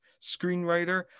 screenwriter